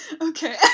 Okay